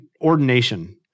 ordination